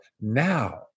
now